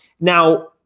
Now –